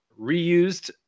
reused